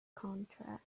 contract